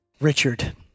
Richard